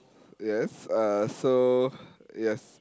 yes uh so yes